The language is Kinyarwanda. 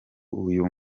uyu